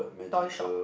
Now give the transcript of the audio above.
toy shop